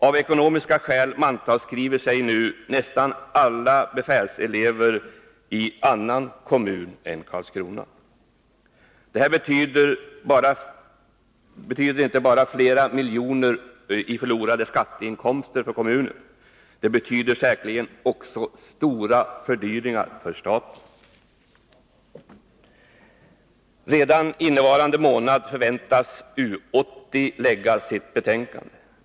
Av ekonomiska skäl mantalsskriver sig nu nästan alla befälselever i annan kommun än Karlskrona. Detta betyder inte bara flera miljoner i förlorade skatteinkomster för kommunen, det betyder säkerligen också stora fördyringar för staten. Redan innevarande månad förväntas U-80 lägga fram sitt betänkande.